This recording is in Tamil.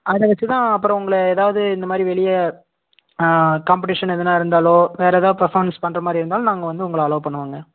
அது வச்சுதான் அப்புறம் உங்களை ஏதாவது இந்தமாதிரி வெளியே காம்படீஷன் எதுனா இருந்தாலோ வேறு ஏதா பர்ஃபாமன்ஸ் பண்றமாதிரியிருந்தாலும் நாங்கள் வந்து உங்களை அலோ பண்ணுவோங்க